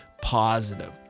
positive